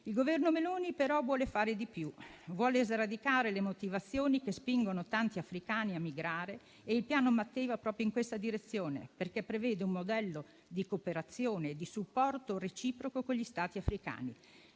Il Governo Meloni, però, vuole fare di più. Vuole sradicare le motivazioni che spingono tanti africani a migrare. Il Piano Mattei va proprio in questa direzione, perché prevede un modello di cooperazione e di supporto reciproco con gli Stati africani.